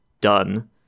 done